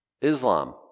Islam